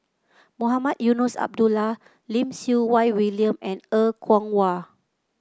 Mohamed Eunos Abdullah Lim Siew Wai William and Er Kwong Wah